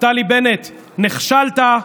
נפתלי בנט, נכשלת.